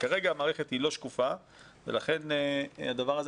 כרגע המערכת לא שקופה ולכן הדבר הזה